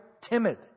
timid